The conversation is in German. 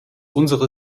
unserer